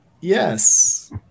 yes